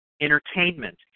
entertainment